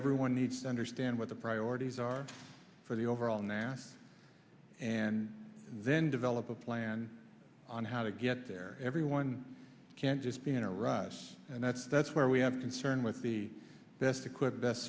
everyone needs to understand what the priorities are for the overall nasa and then develop a plan on how to get there everyone can just be in a russ and that's that's where we have concern with the best equipped best